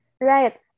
Right